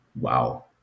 Wow